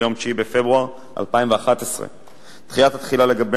ליום 9 בפברואר 2011. דחיית התחילה לגבי